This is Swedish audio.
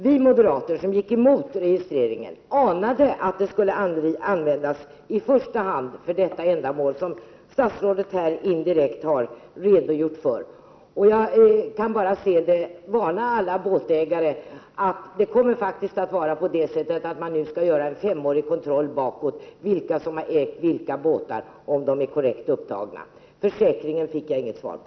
Vi moderater, som gick emot registreringen, anade att registret skulle användas i första hand för skatteändamål, som statsrådet här indirekt har redogjort för. Då kan jag bara varna alla båtägare att man faktiskt kommer att göra en kontroll fem år tillbaka av vilka som har ägt båtarna och om dessa båtar har redovisats korrekt. Frågan om ansvarsförsäkringen fick jag inget svar på.